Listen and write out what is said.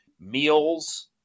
meals